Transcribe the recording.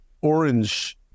orange